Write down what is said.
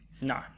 No